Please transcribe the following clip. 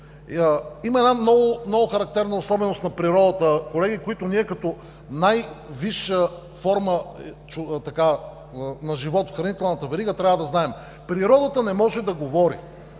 Има една много характерна особеност на природата, колеги, която ние, като най-висша форма на живот в хранителната верига, трябва да знаем. Природата не може да говори.